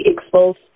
exposed